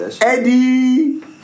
Eddie